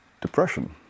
depression